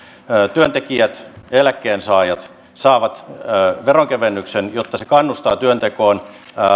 työntekijät ja eläkkeensaajat saavat veronkevennyksen jotta se kannustaa työntekoon